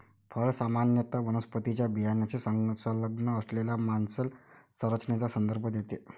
फळ सामान्यत वनस्पतीच्या बियाण्याशी संलग्न असलेल्या मांसल संरचनेचा संदर्भ देते